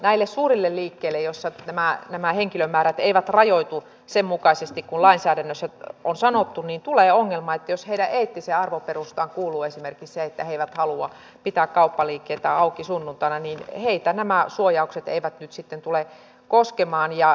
näille suurille liikkeille joissa nämä henkilömäärät eivät rajoitu sen mukaisesti kuin lainsäädännössä on sanottu tulee ongelma että jos heidän eettiseen arvoperustaansa kuuluu esimerkiksi se että he eivät halua pitää kauppaliikkeitä auki sunnuntaina niin heitä nämä suojaukset eivät nyt sitten tule koskemaan